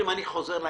אנחנו חברים גם.